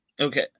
Okay